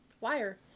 Wire